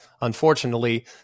unfortunately